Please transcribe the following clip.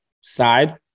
side